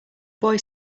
boy